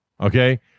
Okay